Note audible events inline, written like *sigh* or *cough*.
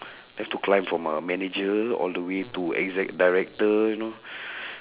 *breath* they have to climb from a manager all the way to exec director you know *breath*